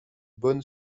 bonne